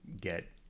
get